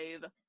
five